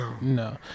no